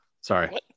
sorry